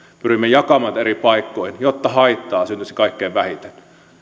pyrimme jakamaan niitä eri paikkoihin jotta haittaa syntyisi kaikkein vähiten